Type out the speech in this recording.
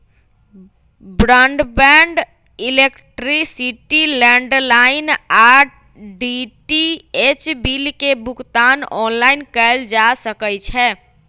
broadband, electricity, landline आऽ DTH bill के भुगतान ऑनलाइन कएल जा सकइ छै